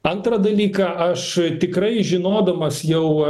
antrą dalyką aš tikrai žinodamas jau